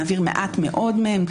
מעביר מעט מאוד מהם,